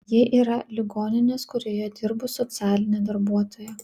ji yra ligoninės kurioje dirbu socialinė darbuotoja